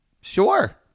Sure